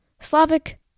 Slavic